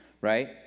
right